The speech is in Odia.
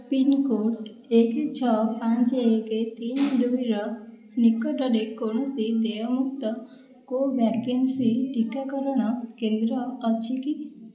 ପିନ୍କୋଡ଼୍ ଏକ ଛଅ ପାଞ୍ଚ ଏକ ତିନି ଦୁଇର ନିକଟରେ କୌଣସି ଦେୟମୁକ୍ତ କୋଭ୍ୟାକ୍ସିନ୍ ଟିକାକରଣ କେନ୍ଦ୍ର ଅଛି କି